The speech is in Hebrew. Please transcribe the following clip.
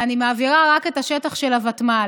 אני מעבירה רק את השטח של הוותמ"ל.